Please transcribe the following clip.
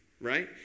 right